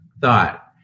thought